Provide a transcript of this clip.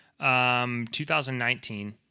2019